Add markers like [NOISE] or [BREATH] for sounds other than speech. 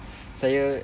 [BREATH] saya